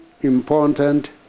important